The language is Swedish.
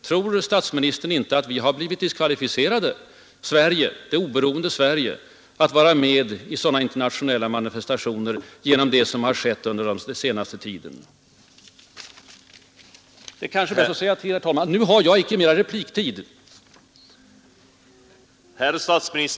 Tror statsministern inte att Sverige — det oberoende Sverige — blivit diskvalificerat att vara med i sådana internationella manifestationer genom det som skett under den senaste tiden? Det är kanske bäst att säga det redan nu, herr talman: Jag har inte rätt till flera repliker.